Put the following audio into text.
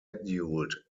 scheduled